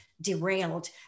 derailed